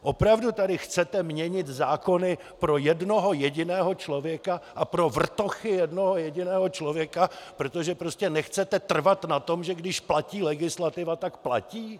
Opravdu tady chcete měnit zákony pro jednoho jediného člověka a pro vrtochy jednoho jediného člověka, protože prostě nechcete trvat na tom, že když platí legislativa, tak platí?